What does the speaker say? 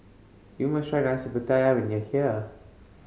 you must try Nasi Pattaya when you are here